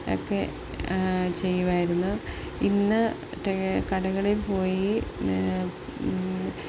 ഒക്കെ ചെയ്യുമായിരുന്നു ഇന്ന് മറ്റെ കടകളിൽ പോയി